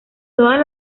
todas